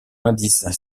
indice